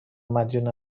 مدیون